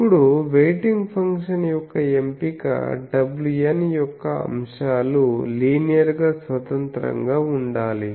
ఇప్పుడు weighting function యొక్క ఎంపిక wn యొక్క అంశాలు లీనియర్ గా స్వతంత్రంగా ఉండాలి